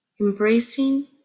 embracing